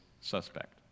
suspect